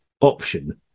option